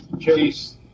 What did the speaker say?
Chase